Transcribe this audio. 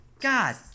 God